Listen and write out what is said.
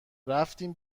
رفتیم